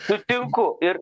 sutinku ir